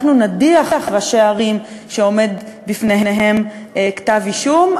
אנחנו נדיח ראשי ערים שעומד בפניהם כתב אישום.